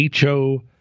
ho